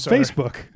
Facebook